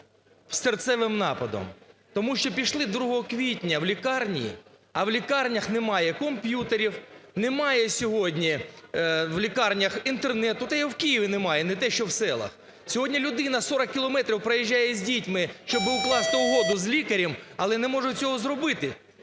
із серцевим нападом, тому що пішли 2 квітня в лікарні, а в лікарнях немає комп'ютерів, немає сьогодні в лікарнях Інтернету. Та його і в Києві немає, не те, що в селах. Сьогодні людина 40 кілометрів проїжджає з дітьми, щоби укласти угоду з лікарем, але не можуть цього зробити.